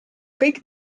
kõik